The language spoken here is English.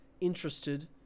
interested